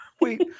Wait